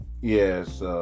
yes